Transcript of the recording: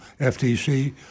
FTC